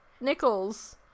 nickels